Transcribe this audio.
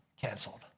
canceled